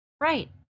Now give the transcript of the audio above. Right